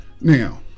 Now